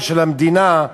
ושל המדינה,